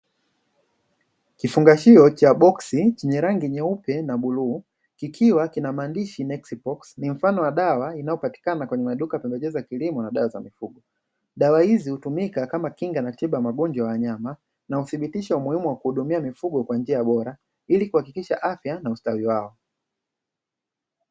Kifungashio cha boksi chenye rangi nyeupe na bluu kikiwa kina maandishi "Meksibox" ni mfano wa dawa zinazopatikana kwenye maduka ya pembejeo za kilimo na dawa za mifugo, dawa hizi hutumika kama kinga na tiba ya magonjwa ya wanyama na huthibitisha umuhimu wa kuhudumia mifugo kwa njia bora ili kuhakikisha afya na ustawi wao.